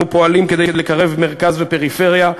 אנחנו פועלים כדי לקרב מרכז ופריפריה.